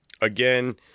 Again